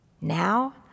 Now